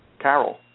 Carol